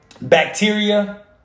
Bacteria